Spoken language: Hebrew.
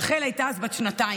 רחל הייתה אז בת שנתיים.